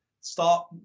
start